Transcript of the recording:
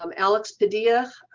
um alex padilla,